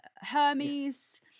Hermes